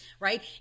Right